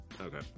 Okay